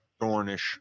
Dornish